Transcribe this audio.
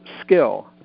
skill